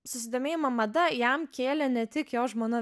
susidomėjimą mada jam kėlė ne tik jo žmona